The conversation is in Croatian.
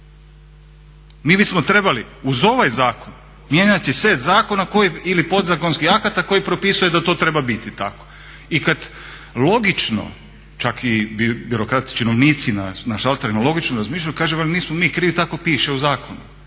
Mi bismo trebali uz ovaj zakon mijenjati set zakona koji ili podzakonskih akata koji propisuje da to treba biti tako. I kada logično čak i birokrati, činovnici na šalterima logično razmišljaju, kažu nismo mi krivi tako piše u zakonu.